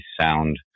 sound